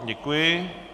Děkuji.